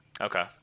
Okay